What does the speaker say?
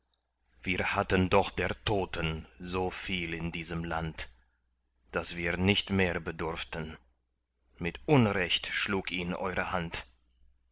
wir hatten doch der toten so viel in diesem land daß wir nicht mehr bedurften mit unrecht schlug ihn eure hand